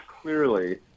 clearly